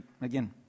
again